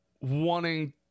wanting